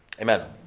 Amen